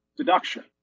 deduction